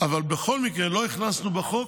אבל בכל מקרה לא הכנסנו בחוק